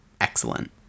excellent